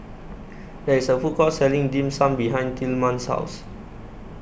There IS A Food Court Selling Dim Sum behind Tilman's House